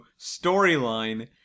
storyline